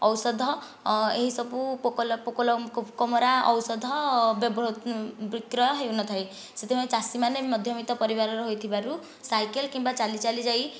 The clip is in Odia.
ଔଷଧ ଏହିସବୁ ପୋକ ଲଗା ପୋକ ମରା ଔଷଧ ବିକ୍ରୟ ହେଉନଥାଏ ସେଥିପାଇଁ ଚାଷୀମାନେ ମଧ୍ୟବିତ୍ତ ପରିବାରର ହୋଇଥିବାରୁ ସାଇକେଲ୍ କିମ୍ବା ଚାଲି ଚାଲି ଯାଇ